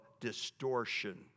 distortion